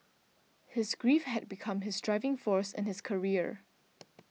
his grief had become his driving force in his career